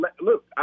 look